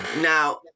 now